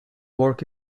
work